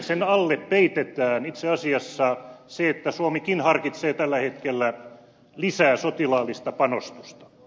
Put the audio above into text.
sen alle peitetään itse asiassa se että suomikin harkitsee tällä hetkellä lisää sotilaallista panostusta